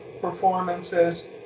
performances